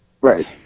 Right